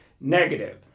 negative